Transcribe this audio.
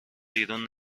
بیرون